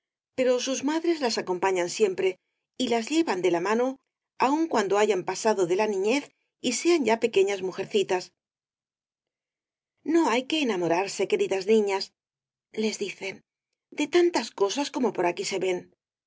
pero sus madres las acompañan siempre y las llevan de la el caballero de las botas azules mano aun cuando hayan pasado ya de la niñez y sean ya pequeñas mujercitas no hay que enamorarse queridas niñas les dicen de tantas cosas como por aquí se ven